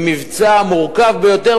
עם מבצע מורכב ביותר,